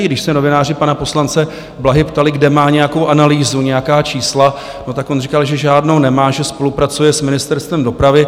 Když se novináři pana poslance Blahy ptali, kde má nějakou analýzu, nějaká čísla, tak on říkal, že žádnou nemá, že spolupracuje s Ministerstvem dopravy.